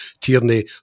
Tierney